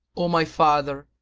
o my father,